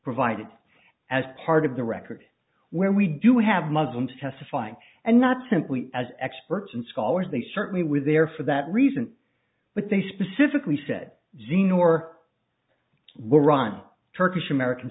provided as part of the record where we do have muslims testifying and not simply as experts and scholars they certainly were there for that reason but they specifically said zene or i will run turkish american